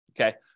Okay